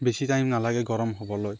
বেছি টাইম নালাগে গৰম হ'বলৈ